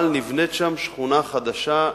אבל נבנית שם שכונה חדשה,